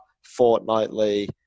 fortnightly